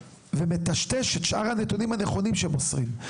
ומטשטש את שאר הנתונים הנכונים שמוסרים,